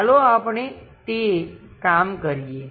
ચાલો આપણે તે કામ કરીએ